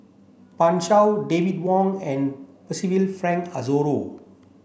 Pan Shou David Wong and Percival Frank Aroozoo